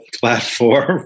platform